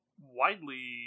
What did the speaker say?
widely